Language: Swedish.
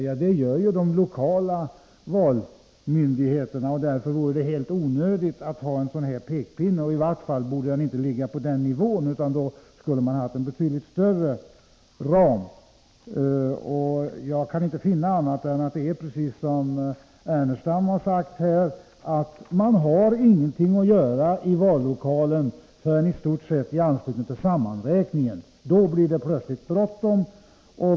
Jo, det är ju de lokala valmyndigheterna. Därför är en sådan här pekpinne helt onödig. Det är i vart fall fel nivå. Man skulle i så fall haft en betydligt vidare ram. Jag kan inte finna annat än att det är precis som Lars Ernestam har sagt, nämligen att man i stort sett inte har någonting att göra i vallokalerna förrän i anslutning till sammanräkningen av rösterna. Då blir det plötsligt bråttom.